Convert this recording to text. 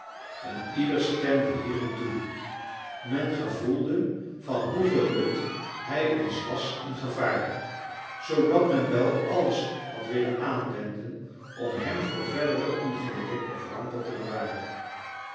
een ieder stemde hierin toe men gevoelde van hoeveel nut hij ons was in gevaar zoodat men wel alles had willen aanwenden om hem voor verdere ongelukken of rampen te bewaren